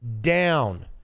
down